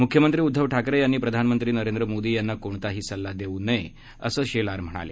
मुख्यमंत्री उद्धव ठाकरे यांनी प्रधानमंत्री नरेंद्र मोदी यांना कोणताही सल्ला देऊ नये असंही शेलार म्हणाले